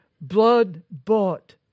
blood-bought